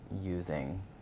using